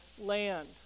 land